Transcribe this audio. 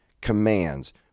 commands